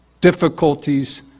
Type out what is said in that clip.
difficulties